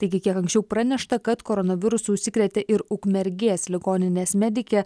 taigi kiek anksčiau pranešta kad koronavirusu užsikrėtė ir ukmergės ligoninės medikė